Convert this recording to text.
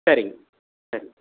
சரிங்க சரிங்க